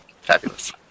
Fabulous